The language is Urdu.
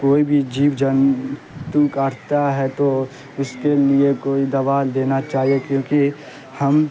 کوئی بھی جیو جنتو کاٹتا ہے تو اس کے لیے کوئی دوا دینا چاہیے کیونکہ ہم